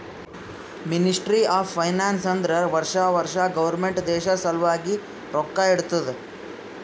ministry of finance ಅಂದುರ್ ವರ್ಷಾ ವರ್ಷಾ ಗೌರ್ಮೆಂಟ್ ದೇಶ ಸಲ್ವಾಗಿ ರೊಕ್ಕಾ ಇಡ್ತುದ